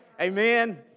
Amen